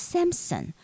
Sampson，